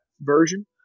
version